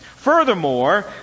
Furthermore